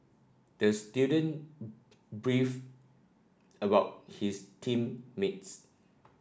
the student beefed about his team mates